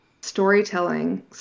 storytelling